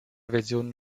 versionen